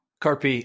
Carpe